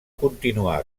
continuar